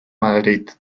madrid